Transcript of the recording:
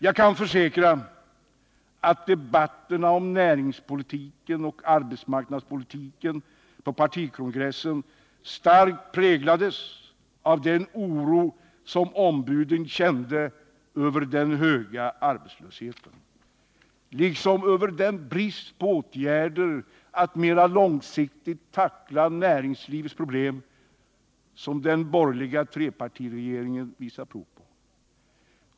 Jag kan försäkra att debatterna om näringspolitiken och arbetsmarknadspolitiken på partikongressen starkt präglades av den oro som ombuden kände över den höga arbetslösheten, liksom över den brist på åtgärder för att mer långsiktigt tackla näringslivets problem som den borgerliga trepartiregeringen visat prov på.